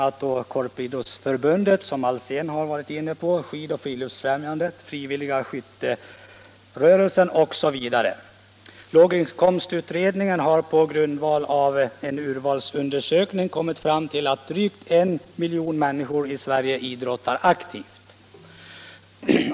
Korporationsidrottsförbundet, som herr Alsén nämnt, Skidoch friluftsfrämjandet, frivilliga skytterörelsen osv. Låginkomstutredningen har på grundval av en urvalsundersökning kommit fram till att drygt 1 miljon människor i Sverige idrottar aktivt.